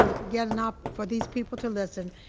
get an op for these people to listen,